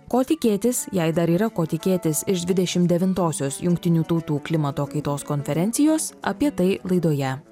ko tikėtis jei dar yra ko tikėtis iš dvidešim devintosios jungtinių tautų klimato kaitos konferencijos apie tai laidoje